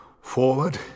Forward